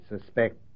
suspect